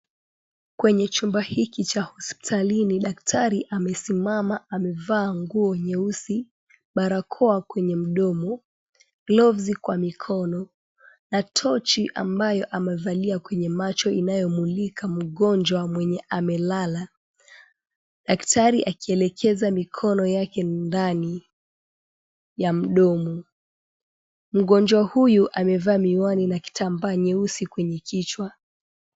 Kwenye chumba hiki cha hospitalini, daktari amesimama. Amevaa nguo nyeusi, barakoa kwenye mdomo,(cs)gloves(cs) kwa mkono na tochi ambayo amevalia kwenye macho inayomulika mgonjwa mwenye amelala. Daktari akielekeza mikono yake ndani ya mdomo. Mgonjwa huyu ameva miwani na kitambaa nyeusi kwenye kichwa.